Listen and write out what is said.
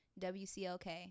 WCLK